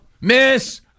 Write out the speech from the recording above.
Miss